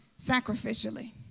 sacrificially